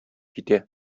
китә